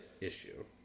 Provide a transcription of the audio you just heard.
issue